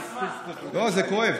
לא, זה כואב.